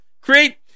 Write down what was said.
Create